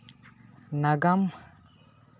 ᱱᱟᱜᱟᱢ